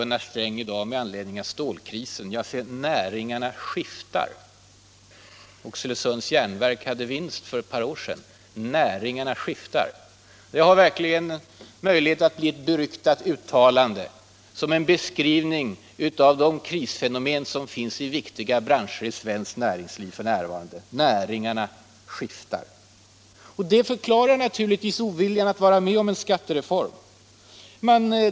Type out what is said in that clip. ”Näringarna skiftar”, sade Gunnar Sträng i dag med anledning av stålkrisen. Oxelösunds Järnverk gick med vinst för ett par år sedan. Näringarna skiftar! Det har verkligen möjlighet att bli ett beryktat uttalande som en beskrivning av de krisfenomen som förekommer inom vissa branscher av svenskt näringsliv f.n. Näringarna skiftar! Det förklarar naturligtvis oviljan att vara med om en skattereform.